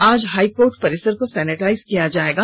आज हाईकोर्ट परिसर को सेनिटाइज किया जाएगा